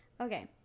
Okay